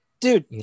Dude